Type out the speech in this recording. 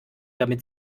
damit